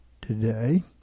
today